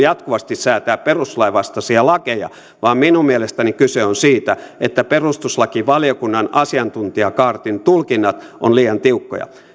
jatkuvasti säätää perustuslain vastaisia lakeja vaan minun mielestäni kyse on siitä että perustuslakivaliokunnan asiantuntijakaartin tulkinnat ovat liian tiukkoja